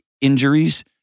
injuries